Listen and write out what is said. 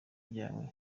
byawe